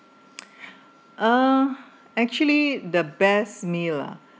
uh actually the best meal uh